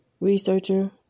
researcher